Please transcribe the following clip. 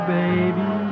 baby